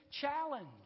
challenge